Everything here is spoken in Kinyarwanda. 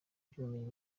ry’ubumenyi